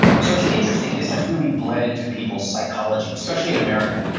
so it's interesting. this has really bled into people's psychology especially in america.